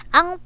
Ang